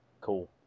Cool